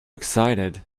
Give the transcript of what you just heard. excited